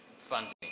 funding